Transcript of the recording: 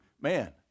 Man